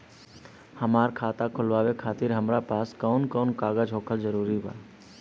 हमार खाता खोलवावे खातिर हमरा पास कऊन कऊन कागज होखल जरूरी बा?